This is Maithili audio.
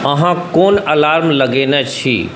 अहाँ कोन अलार्म लगेने छी